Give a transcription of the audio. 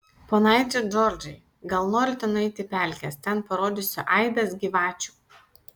ponaiti džordžai gal norite nueiti į pelkes ten parodysiu aibes gyvačių